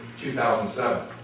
2007